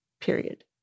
period